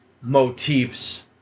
motifs